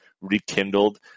rekindled